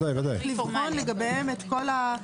לבחון לגביהם את כל התנאים.